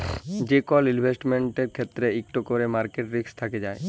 যে কল ইলভেসেটমেল্টের ক্ষেত্রে ইকট ক্যরে মার্কেট রিস্ক থ্যাকে যায়